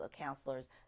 counselors